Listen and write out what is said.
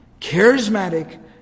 charismatic